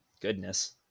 Goodness